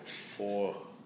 Four